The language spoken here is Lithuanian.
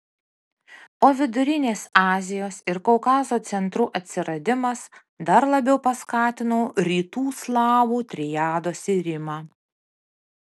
o vidurinės azijos ir kaukazo centrų atsiradimas dar labiau paskatino rytų slavų triados irimą